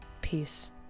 Peace